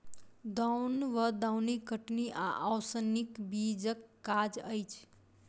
दौन वा दौनी कटनी आ ओसौनीक बीचक काज अछि